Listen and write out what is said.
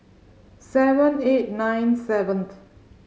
seven eight nine seventh